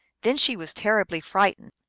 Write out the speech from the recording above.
then she was terribly frightened.